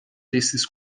desses